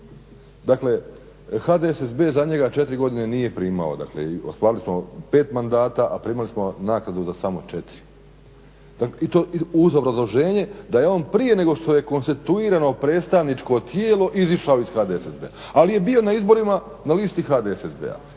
HDSSB za njega 4 godine nije primao i osvojili smo 5 mandata, a primili smo naknadu za samo 4. I to uz obrazloženje da je on prije nego što je konstituirano predstavničko tijelo izašao iz HDSSB-a. Ali je bio na izborima na listi HDSSB-a.